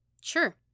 Sure